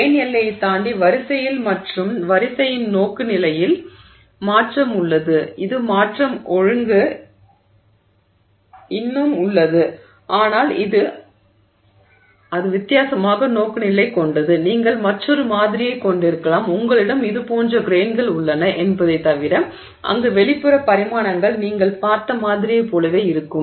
grain எல்லையைத் தாண்டி வரிசையில் மற்றும் வரிசையின் நோக்குநிலையில் மாற்றம் உள்ளது இது மாற்றம் ஒழுங்கு இன்னும் உள்ளது ஆனால் அது வித்தியாசமாக நோக்குநிலை கொண்டது நீங்கள் மற்றொரு மாதிரியைக் கொண்டிருக்கலாம் உங்களிடம் இது போன்ற கிரெய்ன்கள் உள்ளன என்பதைத் தவிர அங்கு வெளிப்புற பரிமாணங்கள் நீங்கள் பார்த்த மாதிரியைப் போலவே இருக்கும்